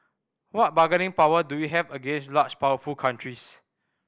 what bargaining power do we have against large powerful countries